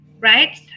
right